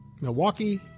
Milwaukee